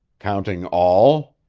counting all?